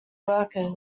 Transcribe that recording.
workers